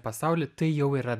pasaulį tai jau yra